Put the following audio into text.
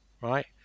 right